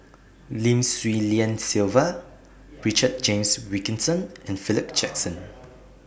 Lim Swee Lian Sylvia Richard James Wilkinson and Philip Jackson